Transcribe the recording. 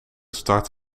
start